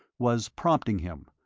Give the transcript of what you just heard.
was prompting him,